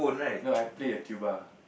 no I play a tuba